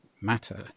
matter